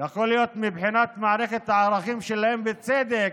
יכול להיות שמבחינת מערכת הערכים שלהם בצדק,